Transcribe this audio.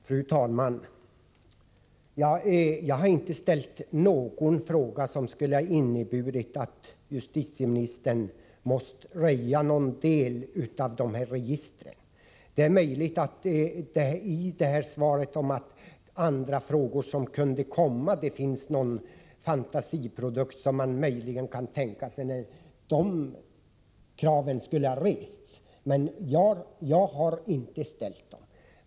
Fru talman! Jag har inte begärt något svar som skulle ha inneburit att justitieministern måste röja någon del av registret. Justitieministern talar om andra frågor som kunde komma, och det är väl möjligt att fantisera ihop att ett sådant krav skulle resas, men jag har inte ställt det.